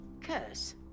Curse